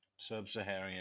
Sub-Saharan